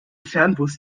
fernbus